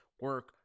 Work